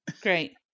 Great